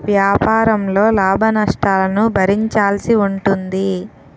వ్యాపారంలో లాభనష్టాలను భరించాల్సి ఉంటుంది